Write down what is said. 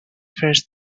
first